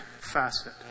facet